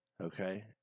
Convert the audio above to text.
Okay